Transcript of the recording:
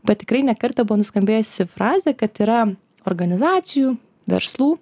bet tikrai ne kartą buvo nuskambėjusi frazė kad yra organizacijų verslų